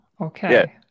okay